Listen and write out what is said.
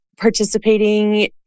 participating